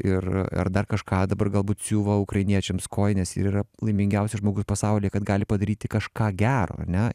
ir ar dar kažką dabar galbūt siuva ukrainiečiams kojines ir yra laimingiausias žmogus pasaulyje kad gali padaryti kažką gero ar ne